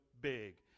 big